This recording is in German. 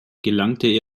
gelangte